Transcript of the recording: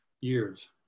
years